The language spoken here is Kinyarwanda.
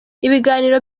ibiganiro